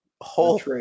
whole